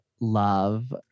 love